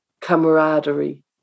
camaraderie